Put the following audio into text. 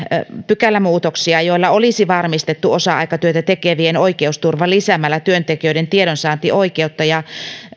pykälämuutoksia joilla olisi varmistettu osa aikatyötä tekevien oikeusturva lisäämällä työntekijöiden tiedonsaantioikeutta ja